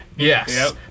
Yes